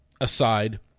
aside